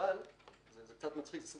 שמוגבל זו